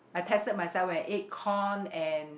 I tested myself when I eat corn and